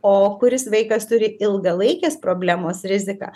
o kuris vaikas turi ilgalaikės problemos riziką